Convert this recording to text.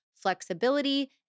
flexibility